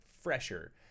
fresher